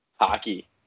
hockey